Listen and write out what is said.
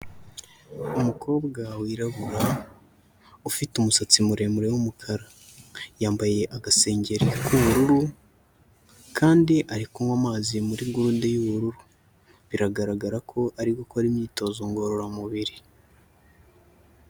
Umukobwa wirabura ufite umusatsi muremure w'umukara, yambaye agasengeri k'ubururu kandi ari kunywa amazi muri gurude y'ubururu, biragaragara ko ari gukora imyitozo ngororamubiri.